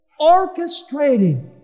Orchestrating